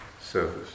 Service